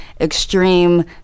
extreme